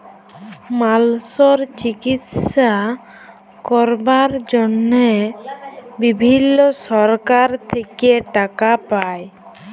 মালসর চিকিশসা ক্যরবার জনহে বিভিল্ল্য সরকার থেক্যে টাকা পায়